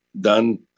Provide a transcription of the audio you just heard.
done